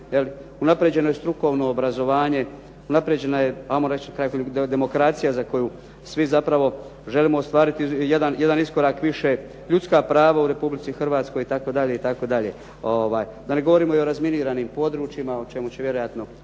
unaprijeđeno je strukovno obrazovanje, unaprijeđena je ajmo reći demokracija za koju svi zapravo želimo ostvariti jedan iskorak više, ljudska prava u Republici Hrvatskoj itd., da ne govorimo i o razminiranim područjima o čemu će vjerojatno